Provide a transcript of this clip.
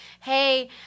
hey